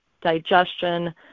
digestion